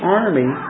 army